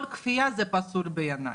כל כפייה פסולה בעיניי.